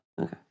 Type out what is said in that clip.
Okay